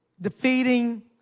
Defeating